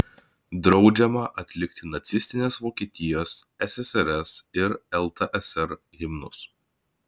draudžiama atlikti nacistinės vokietijos ssrs ir ltsr himnus